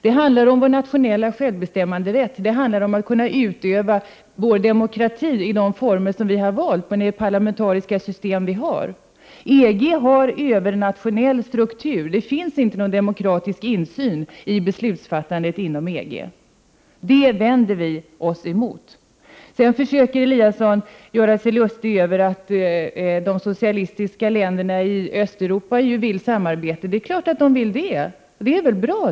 Det handlar om vår nationella självbestämmanderätt, om att kunna utöva vår demokrati i de former som vi har valt inom det parlamentariska system som vi har. EG har övernationell struktur. Det finns inte någon demokratisk insyn i beslutsfattandet inom EG. Det vänder vi oss emot. Sedan försökte Ingemar Eliasson göra sig lustig över att de socialistiska länderna i Östeuropa vill samarbeta. Det är väl klart att de vill det, och det är väl bra.